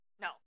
No